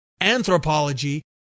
anthropology